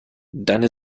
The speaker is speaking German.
deine